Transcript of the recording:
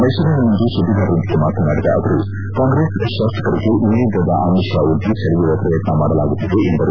ಮೈಸೂರಿನಲ್ಲಿಂದು ಸುದ್ವಿಗಾರರೊಂದಿಗೆ ಮಾತನಾಡಿದ ಅವರು ಕಾಂಗ್ರೆಸ್ ಶಾಸಕರಿಗೆ ಇನ್ನಿಲ್ಲದ ಆಮಿಷ ಒಡ್ಡಿ ಸೆಳೆಯುವ ಪ್ರಯತ್ನ ಮಾಡಲಾಗುತ್ತಿದೆ ಎಂದರು